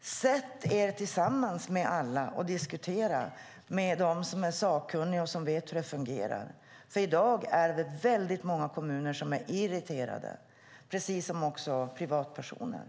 Sätt er tillsammans och diskutera med dem som är sakkunniga och vet hur det fungerar. I dag är det många kommuner och privatpersoner som är väldigt irriterade.